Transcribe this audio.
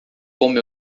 como